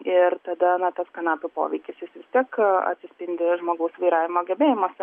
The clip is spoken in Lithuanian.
ir tada na tas kanapių poveikis jis vis tiek atsispindės žmogus vairavimo gebėjimuose